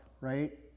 right